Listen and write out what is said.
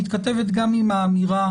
מתכתבת גם עם האמירה